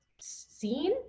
seen